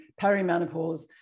perimenopause